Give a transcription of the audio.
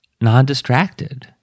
non-distracted